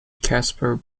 caspar